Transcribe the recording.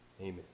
Amen